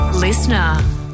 Listener